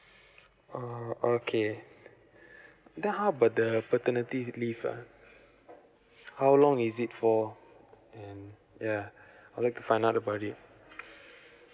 oh okay then how about the paternity leave ah how long is it for mm yeah I'd like to find out about it